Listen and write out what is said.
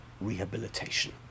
rehabilitation